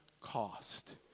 cost